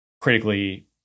critically